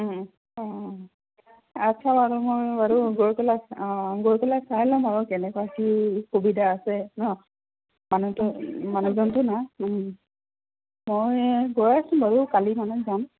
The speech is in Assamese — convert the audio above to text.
অঁ আচ্ছা বাৰু মই বাৰু গৈ পেলাই অঁ গৈ পেলাই চাই ল'ম আৰু কেনেকুৱা কি সুবিধা আছে ন মানুহটো মানুহজনটো নাই মই গৈ আছোঁ বাৰু কালি মানে যাম